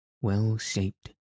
well-shaped